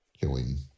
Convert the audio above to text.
killing